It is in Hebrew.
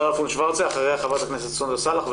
שרה פון שוורצה, אחריה חברת הכנסת סונדוס סאלח.